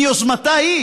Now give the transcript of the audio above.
מיוזמתה שלה?